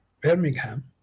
Birmingham